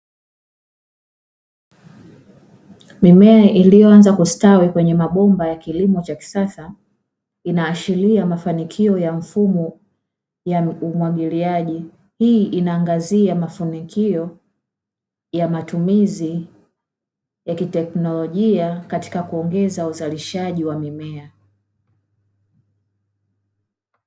Mimea iliyoanza kustawi kwenye mabomba ya kilimo cha kisasa, inaashiria mafanikio ya mfumo ya umwagiliaji, hii inaangazia mafanikio ya matumizi ya teknolojia katika kuongeza uzalishaji wa mimea.